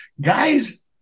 guys